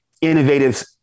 innovative